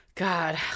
God